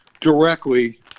directly